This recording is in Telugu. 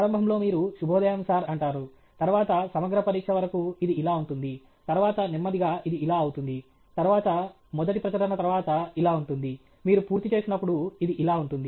ప్రారంభంలో మీరు శుభోదయం సర్ అంటారు తర్వాత సమగ్ర పరీక్ష వరకు ఇది ఇలా ఉంటుంది తర్వాత నెమ్మదిగా ఇది ఇలా అవుతుంది తర్వాత మొదటి ప్రచురణ తర్వాత ఇలా ఉంటుంది మీరు పూర్తి చేసినపుడు ఇది ఇలా ఉంటుంది